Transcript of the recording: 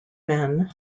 men